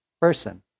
person